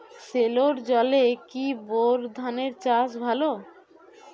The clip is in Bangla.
সেলোর জলে কি বোর ধানের চাষ ভালো?